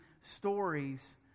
stories